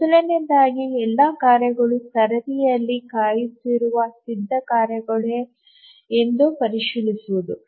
ಮೊದಲನೆಯದಾಗಿ ಎಲ್ಲಾ ಕಾರ್ಯಗಳು ಸರದಿಯಲ್ಲಿ ಕಾಯುತ್ತಿರುವ ಸಿದ್ಧ ಕಾರ್ಯಗಳೇ ಎಂದು ಪರಿಶೀಲಿಸುವುದು